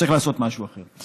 צריך לעשות משהו אחר.